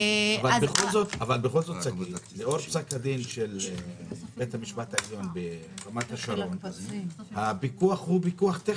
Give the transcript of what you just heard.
בכל זאת לאור פסק הדין של בית המשפט העליון הפיקוח הוא פיקוח טכני.